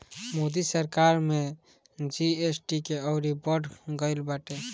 मोदी सरकार में जी.एस.टी के अउरी बढ़ गईल बाटे